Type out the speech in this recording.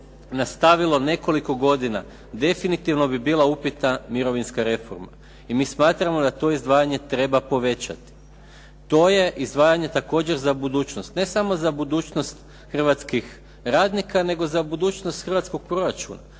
nastavilo nekoliko godina, definitivno bi bila upitna mirovinska reforma. I mi smatramo da to izdvajanje treba povećati. To je izdvajanje također za budućnost. Ne samo za budućnost hrvatskih radnika, nego za budućnost hrvatskog proračuna